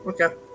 okay